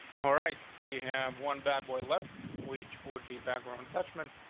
all right, we have one bad boy left, which would be background touch mint,